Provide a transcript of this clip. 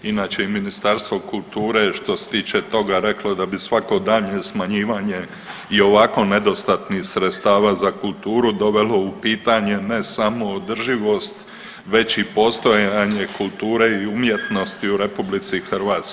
Inače, Ministarstvo kulture što se tiče toga reklo da bi svako daljnje smanjivanje i ovako nedostatnih sredstava za kulturu dovelo u pitanje ne samo održivost već i postojanje kulture i umjetnosti u RH.